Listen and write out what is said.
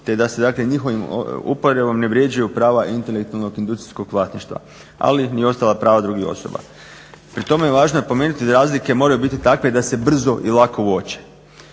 se dakle njihovom uporabom ne vrijeđaju prava intelektualnog industrijskog vlasništva ali ni ostala prava drugih osoba. Pri tome je važno napomenuti da razlike moraju biti takve da se brzo i lako uoče.